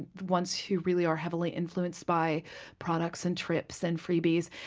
ones who really are heavily influenced by products, and trips and freebies.